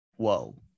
whoa